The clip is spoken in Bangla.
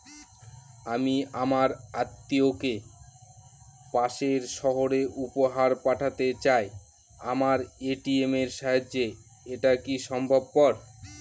আমি আমার আত্মিয়কে পাশের সহরে উপহার পাঠাতে চাই আমার এ.টি.এম এর সাহায্যে এটাকি সম্ভবপর?